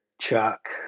Chuck